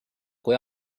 kui